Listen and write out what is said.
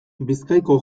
bizkaiko